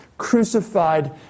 crucified